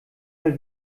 mal